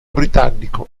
britannico